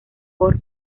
por